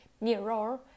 mirror